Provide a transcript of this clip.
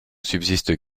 subsistent